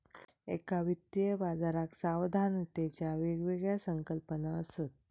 एका वित्तीय बाजाराक सावधानतेच्या वेगवेगळ्या संकल्पना असत